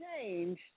change